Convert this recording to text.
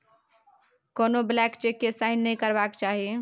कोनो blank cheque केँ sign नहि करबाक चाही